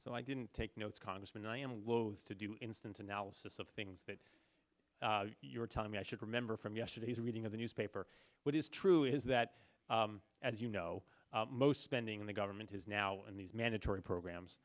so i didn't take notes congressman i am loath to do instant analysis of things that you're telling me i should remember from yesterday's reading of the newspaper what is true is that as you know most spending in the government is now in these mandatory programs